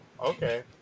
okay